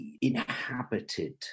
inhabited